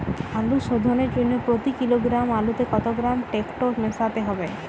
আলু শোধনের জন্য প্রতি কিলোগ্রাম আলুতে কত গ্রাম টেকটো মেশাতে হবে?